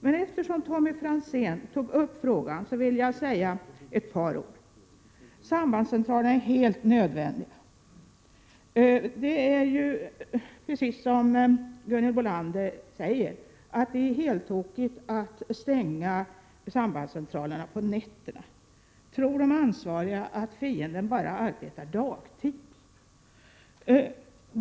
Men eftersom Tommy Franzén tog upp frågan vill jag säga några ord. Sambandscentralerna är helt nödvändiga. Det är, precis som Gunhild Bolander säger, helt tokigt att stänga sambandscentralerna på nätterna. Tror de ansvariga att fienden bara arbetar dagtid?